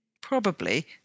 Probably